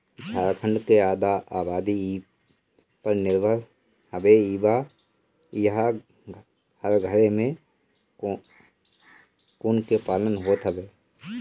झारखण्ड के आधा आबादी इ पर निर्भर हवे इहां हर घरे में कोकून के पालन होत हवे